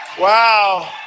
Wow